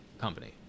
company